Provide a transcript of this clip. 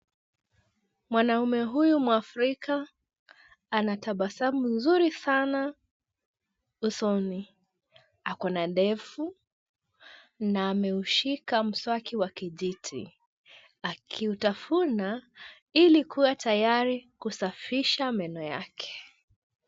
Mwanaume huyu mwafrika, anatabasamu nzuri sana usoni. Ako na ndevu, na ameushika mswaki wa kijiti, akiutafuna ili kuwa tayari kusafisha meno yake.